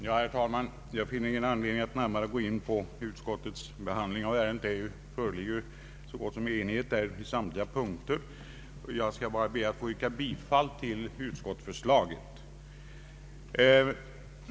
Herr talman! Jag finner ingen anledning att närmare gå in på utskottets behandling av ärendet. Det föreligger ju enighet på så gott som samtliga punkter, och jag skall be att få yrka bifall till utskottsförslaget.